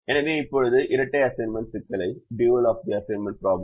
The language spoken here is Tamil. எனவே இப்போது இரட்டை அசைன்மென்ட் சிக்கலை எழுதுவோம்